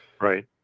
Right